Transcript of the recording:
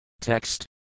Text